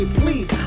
please